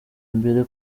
imbere